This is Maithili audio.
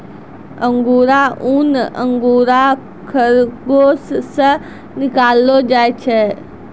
अंगुरा ऊन अंगोरा खरगोस से निकाललो जाय छै